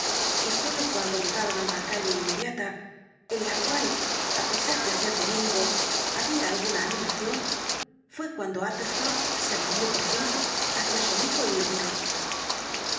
y sólo cuando llegaron á una calle inmediata en la cual á pesar de ser domingo había alguna animación fué cuando utterson se volvió por fin hacia su amigo y lo miró